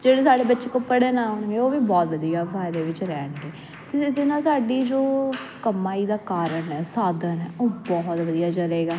ਜਿਹੜੇ ਸਾਡੇ ਬੱਚੇ ਕੋਲ ਪੜ੍ਹਨ ਆਉਣਗੇ ਉਹ ਵੀ ਬਹੁਤ ਵਧੀਆ ਫਾਇਦੇ ਵਿੱਚ ਰਹਿਣਗੇ ਅਤੇ ਜਿਹਦੇ ਨਾਲ ਸਾਡੀ ਜੋ ਕਮਾਈ ਦਾ ਕਾਰਨ ਹੈ ਸਾਧਨ ਹੈ ਉਹ ਬਹੁਤ ਵਧੀਆ ਚੱਲੇਗਾ